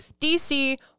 DC